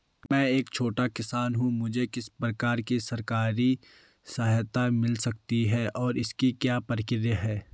मैं एक छोटा किसान हूँ मुझे किस प्रकार की सरकारी सहायता मिल सकती है और इसकी क्या प्रक्रिया है?